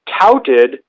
touted